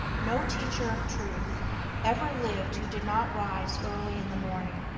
no teacher of truth ever lived who did not rise early in the morning.